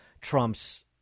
Trump's